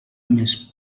més